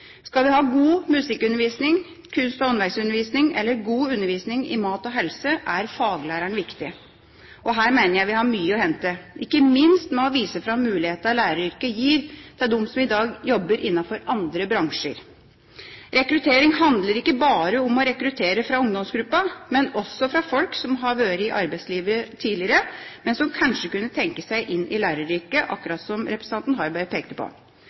Skal vi ha god musikkundervisning, kunst- og håndverksundervisning eller god undervisning i mat og helse, er faglæreren viktig. Her mener jeg vi har mye å hente, ikke minst ved å vise fram mulighetene læreryrket gir, til dem som i dag har jobber innenfor andre bransjer. Rekruttering handler ikke bare om å rekruttere fra ungdomsgruppa, men også fra folk som har vært i arbeidslivet tidligere, og som kanskje kunne tenke seg inn i læreryrket, akkurat som representanten Harberg pekte på,